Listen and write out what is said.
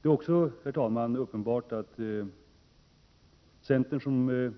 Det är också, herr talman, uppenbart att centern som